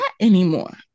anymore